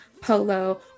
polo